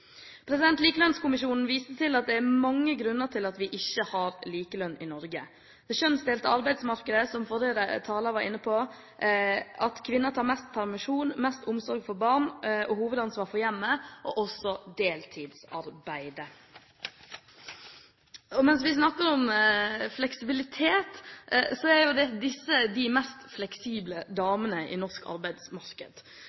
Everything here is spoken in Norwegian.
til. Likelønnskommisjonen viste til at det er mange grunner til at vi ikke har likelønn i Norge: det kjønnsdelte arbeidsmarkedet, som forrige taler var inne på, at kvinner tar mest permisjon, har mest omsorg for barn og har hovedansvar for hjemmet og også deltidsarbeidet. Når vi snakker om fleksibilitet, er jo disse de mest fleksible